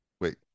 Wait